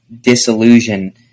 disillusion